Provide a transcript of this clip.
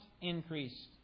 increase